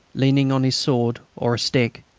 leaning on his sword or a stick